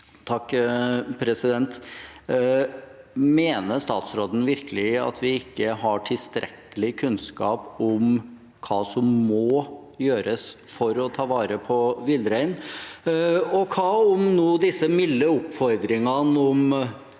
(SV) Mener statsråd- en virkelig at vi ikke har tilstrekkelig kunnskap om hva som må gjøres for å ta vare på villreinen? Hva om disse milde oppfordringene om